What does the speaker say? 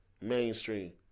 mainstream